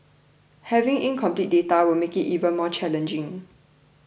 having incomplete data will make it even more challenging